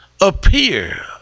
appear